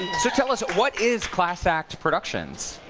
in. so tell us, what is class act productions?